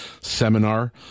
seminar